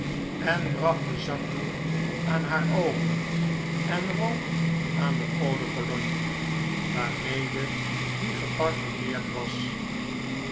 en bracht den zakdoek aan haar oogen en rook aan de eau-de-cologne waarmcdc die geparfumeerd was